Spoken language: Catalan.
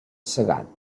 segat